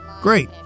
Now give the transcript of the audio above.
Great